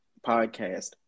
podcast